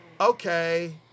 okay